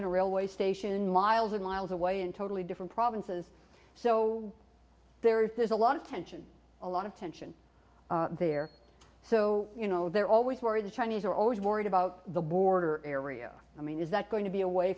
in a railway station miles and miles away in totally different provinces so there is a lot of tension a lot of tension there so you know there always worry the chinese are always worried about the border area i mean is that going to be a way